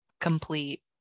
complete